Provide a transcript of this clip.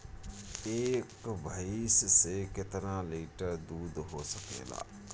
एक भइस से कितना लिटर दूध हो सकेला?